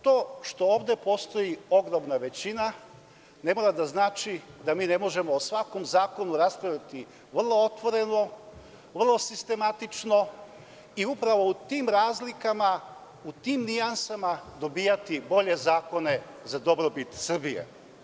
To što ovde postoji ogromna većina ne mora da znači da mi ne možemo o svakom zakonu raspravljati vrlo otvoreno, vrlo sistematično i u tim razlikama, u tim nijansama dobijati bolje zakone za dobrobit Srbije.